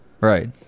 right